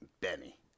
Benny